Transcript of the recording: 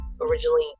originally